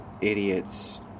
idiots